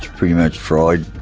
pretty much fried.